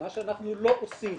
מה שאנחנו לא עושים.